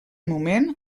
moment